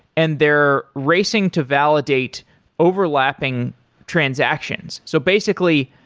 and they're racing to validate overlapping transactions. so basically,